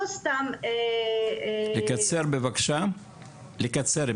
אני מבקש לקצר.